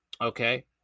Okay